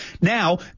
Now